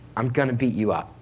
i'm gonna beat you up.